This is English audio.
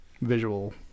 visual